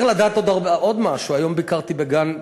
צריך לדעת עוד משהו: היום ביקרתי בגן,